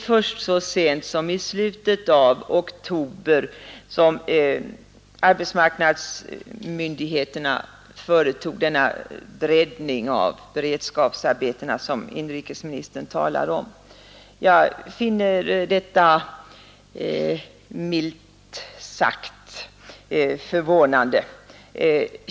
Först så sent som i slutet av oktober företog arbetsmarknadsmyndigheterna denna breddning av beredskapsarbetena som inrikesministern talar om. Jag finner detta milt sagt förvånande.